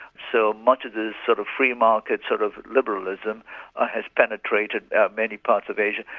so much of the sort of free market sort of liberalism ah has penetrated many parts of asia,